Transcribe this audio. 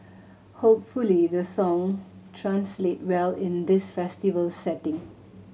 hopefully the song translate well in this festival setting